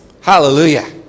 Hallelujah